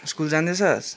school जाँदैछस्